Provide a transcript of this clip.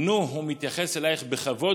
נו, הוא מתייחס אלייך בכבוד?